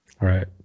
right